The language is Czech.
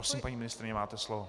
Prosím, paní ministryně, máte slovo.